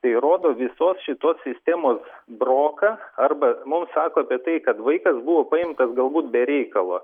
tai rodo visos šitos sistemos broką arba mums sako apie tai kad vaikas buvo paimtas galbūt be reikalo